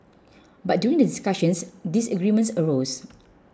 but during the discussions disagreements arose